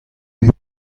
bet